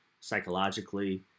psychologically